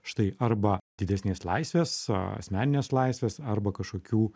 štai arba didesnės laisvės asmeninės laisvės arba kažkokių